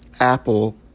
Apple